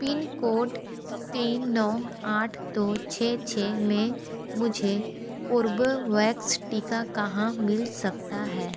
pin code तीन नौ आठ दो छः छः में मुझे कोर्बेवैक्स टीका कहाँ मिल सकता है